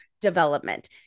development